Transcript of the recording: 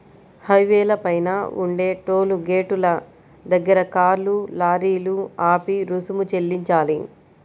హైవేల పైన ఉండే టోలు గేటుల దగ్గర కార్లు, లారీలు ఆపి రుసుము చెల్లించాలి